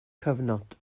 cyfnod